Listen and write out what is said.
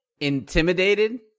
Intimidated